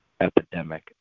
epidemic